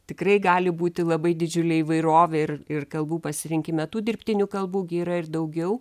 tikrai gali būti labai didžiulė įvairovė ir ir kalbų pasirinkime tų dirbtinių kalbų yra ir daugiau